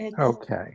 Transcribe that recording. Okay